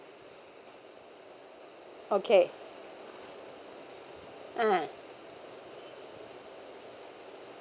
okay uh